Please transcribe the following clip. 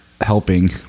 helping